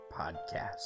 podcast